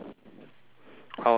how how long more